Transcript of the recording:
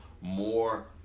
more